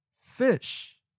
Fish